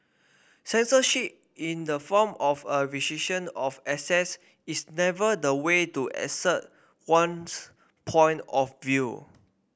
censorship in the form of a restriction of access is never the way to assert one's point of view